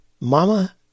mama